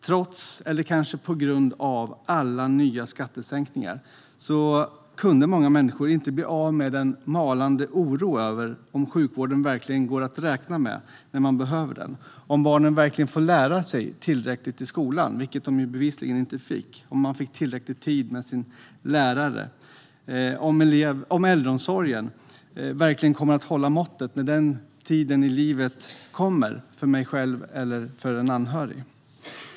Trots - eller kanske på grund av - alla nya skattesänkningar kunde många människor inte bli av med en malande oro över om sjukvården verkligen går att räkna med när de behöver den, om barnen verkligen får lära sig tillräckligt i skolan, vilket de bevisligen inte fick, om de får tillräckligt med tid med sin lärare eller om äldreomsorgen verkligen kommer att hålla måttet när den tiden i livet kommer för dem själva eller för en anhörig.